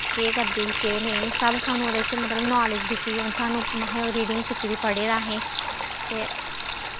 केह् करदे हे केह् नेईं सब सानूं मतलब नालेज़ दित्ती दी उनें सानूं महां असें ओह् रीडिंग कीती दी पढ़े दा असें